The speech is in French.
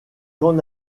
qu’en